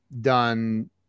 done